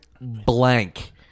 blank